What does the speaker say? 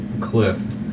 cliff